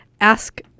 Ask